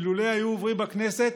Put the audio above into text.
אילולא היו עוברים בכנסת,